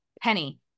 Penny